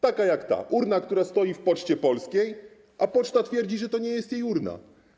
Takie jak ta urna, która stoi w Poczcie Polskiej, a poczta twierdzi, że to nie jest jej urna.